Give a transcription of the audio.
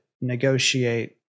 negotiate